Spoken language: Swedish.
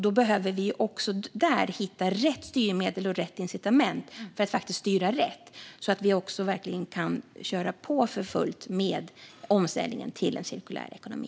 Vi behöver också där hitta rätt styrmedel och rätt incitament för att faktiskt styra rätt så att vi kan köra på för fullt med omställningen till en cirkulär ekonomi.